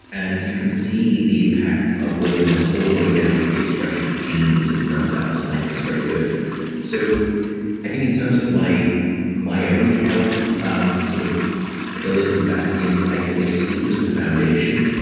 and you can see the impact of loneliness all the way down to the expression of genes it turns out. the science is very good so i i think in terms of my my own health um sort of pillars and bastions, i place sleep as the foundation,